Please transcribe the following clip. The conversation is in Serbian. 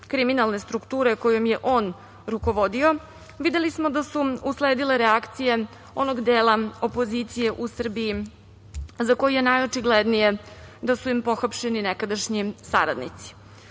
kriminalne strukture kojom je on rukovodio, videli smo da su usledile reakcije onog dela opozicije u Srbiji za koju je najočiglednije da su im pohapšeni nekadašnji saradnici. Oni